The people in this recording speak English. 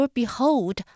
behold